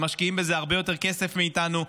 הם משקיעים בזה הרבה יותר כסף מאיתנו,